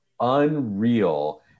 unreal